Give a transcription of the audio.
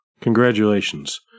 Congratulations